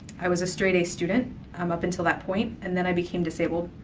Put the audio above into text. i was a straight a student um up until that point, and then i became disabled.